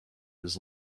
his